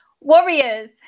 Warriors